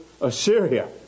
Assyria